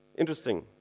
Interesting